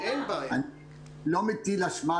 אני לא מטיל אשמה,